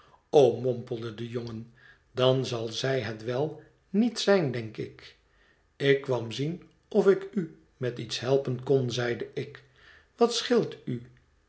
o mompelde de jongen dan zal zij het wel niet zijn denk ik ik kwam zien of ik u met iets helpen kon zeide ik wat scheelt u